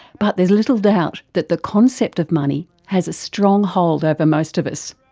but there's little doubt that the concept of money has a strong hold over most of us,